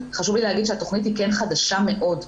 חשוב לי להגיד שהתכנית היא כן חדשה מאוד,